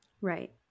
Right